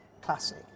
classic